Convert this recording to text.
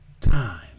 time